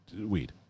weed